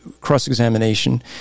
cross-examination